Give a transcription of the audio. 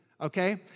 okay